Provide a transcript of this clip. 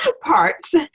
parts